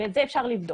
ואת זה אפשר לבדוק.